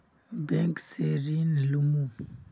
Bank से ऋण लुमू?